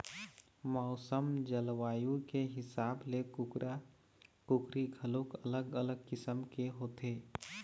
मउसम, जलवायु के हिसाब ले कुकरा, कुकरी घलोक अलग अलग किसम के होथे